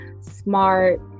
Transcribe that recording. smart